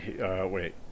Wait